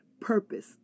purpose